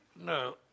No